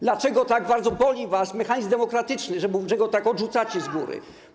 Dlaczego tak bardzo boli was mechanizm demokratyczny, że go tak odrzucacie z góry?